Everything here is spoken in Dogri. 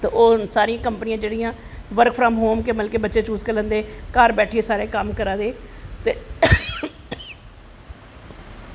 ते हून सारी कंपनियां मतलव कि बर्क फ्राम होम गै चूज़ करी लैंदे घर बेहियै सारे कम्म करा दे ते